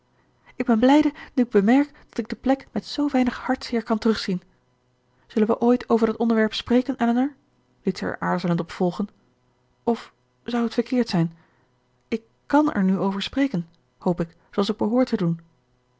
ik ben blijde nu ik bemerk dat ik de plek met zoo weinig hartzeer kan terugzien zullen wij ooit over dat onderwerp spreken elinor liet zij er aarzelend op volgen of zou het verkeerd zijn ik kan er nu over spreken hoop ik zooals ik behoor te doen